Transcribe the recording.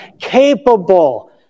capable